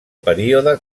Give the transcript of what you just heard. període